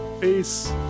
Peace